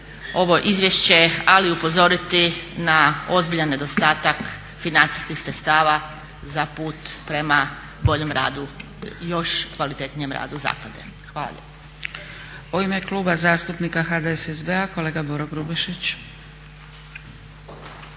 ovo izvješće ali upozoriti na ozbiljan nedostatak financijskih sredstava za put prema boljem radu, još kvalitetnijem radu zaklade. Hvala